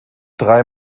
drei